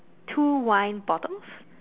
two wine bottles